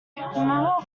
remember